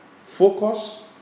focus